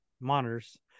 monitors